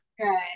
Right